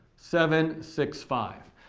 seven, six, five.